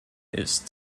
ist